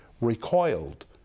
recoiled